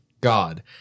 God